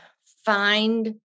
find